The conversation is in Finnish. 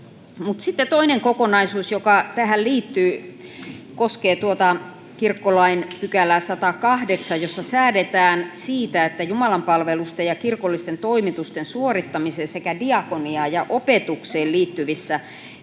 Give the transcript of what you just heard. toinen kokonaisuus, joka tähän liittyy, koskee lain 108 §:ää, jossa säädetään siitä, että jumalanpalveluksia ja kirkollisia toimituksia suorittavan sekä diakoniaan ja opetukseen liittyvissä